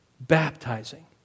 baptizing